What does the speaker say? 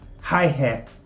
hi-hat